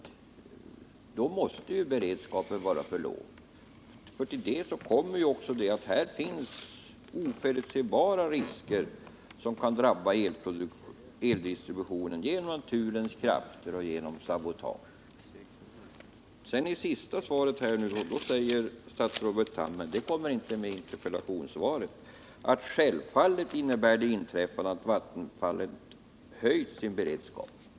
Då måste beredskapen vara för låg. Till detta kommer att här finns oförutsebara risker som kan drabba eldistributionen, genom naturens krafter och genom sabotage. I sitt senaste anförande sade statsrådet Tham — men det kom inte med i interpellationssvaret — att det inträffade självfallet innebär att Vattenfall höjt sin beredskap.